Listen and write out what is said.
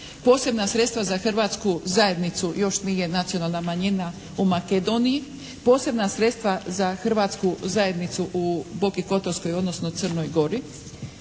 posebna sredstva za Hrvatsku zajednicu, još nije nacionalna manjina, u Makedoniji, posebna sredstva za Hrvatsku zajednicu u Boki Kotorskoj odnosno Crnoj Gori,